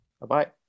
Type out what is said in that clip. Bye-bye